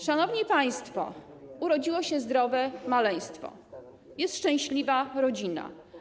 Szanowni państwo, urodziło się zdrowe maleństwo, jest szczęśliwa rodzina.